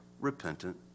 repentant